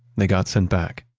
they got sent back.